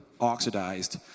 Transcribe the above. oxidized